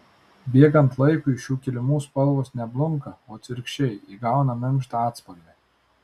bėgant laikui šių kilimų spalvos ne blunka o atvirkščiai įgauna minkštą atspalvį